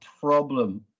problem